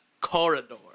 Corridor